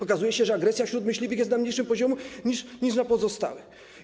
Okazuje się, że agresja wśród myśliwych jest na niższym poziomie niż u pozostałych.